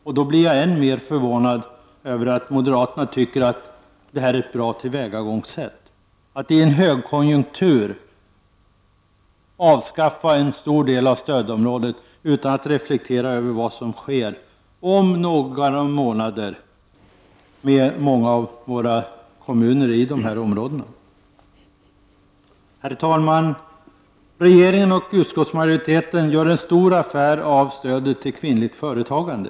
Därför blir jag ännu mera förvånad över att moderaterna tycker att det här är ett bra tillvägagångssätt — dvs. att i en högkonjunktur avskaffa en stor del av stödområdet utan att reflektera över vad som kommer att ske om några månader med många av kommunerna i de aktuella områdena. Herr talman! Regeringen och utskottsmajoriteten gör stor affär av detta med stödet till kvinnligt företagande.